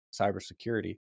cybersecurity